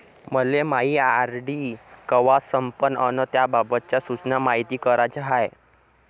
मले मायी आर.डी कवा संपन अन त्याबाबतच्या सूचना मायती कराच्या हाय